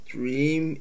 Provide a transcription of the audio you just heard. Dream